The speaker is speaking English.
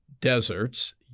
deserts